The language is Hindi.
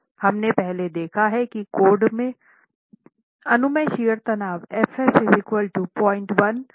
हमने पहले देखा है कि कोड में अनुमेय शियर तनाव fs 01 fd6 है